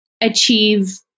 achieve